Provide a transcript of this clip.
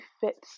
fits